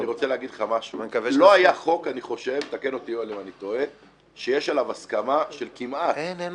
אני רוצה להגיד לך שלא היה חוק שיש עליו הסכמה של כמעט 120